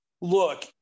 look